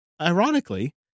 ironically